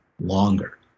longer